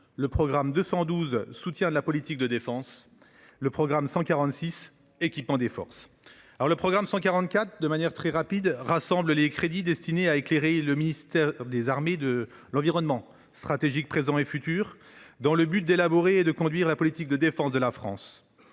le programme 212 « Soutien de la politique de la défense » et le programme 146 « Équipement des forces ». Le programme 144 rassemble les crédits destinés à éclairer le ministère des armées sur l’environnement stratégique présent et futur, dans le but d’élaborer et de conduire la politique de défense de la France.